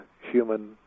human